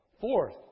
Fourth